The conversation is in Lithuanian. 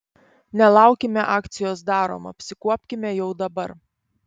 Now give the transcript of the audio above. nelaukime akcijos darom apsikuopkime jau dabar